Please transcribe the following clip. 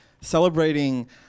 celebrating